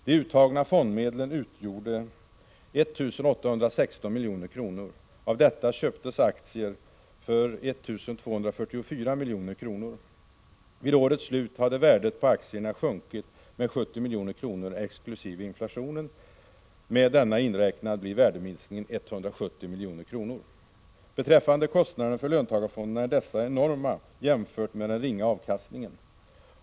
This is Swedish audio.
De uttagna fondmedlen utgjorde 1 816 milj.kr. Av detta köptes aktier för 1 244 milj.kr. Vid årets slut hade värdet på aktierna sjunkit med 70 milj.kr. exkl. inflationen — med denna inräknad blir värdeminskningen 170 milj.kr. Beträffande kostnaderna för löntagarfonderna är dessa enorma jämfört med den ringa avkastningen.